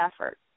effort